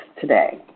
today